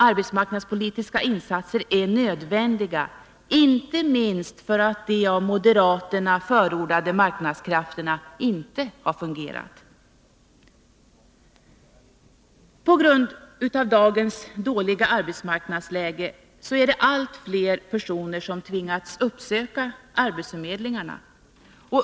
Arbetsmarknadspolitiska insatser är nödvändiga, inte minst för att de av moderaterna förordade marknadskrafterna inte har fungerat. På grund av dagens dåliga arbetsmarknadsläge tvingas allt fler personer uppsöka arbetsförmedlingen.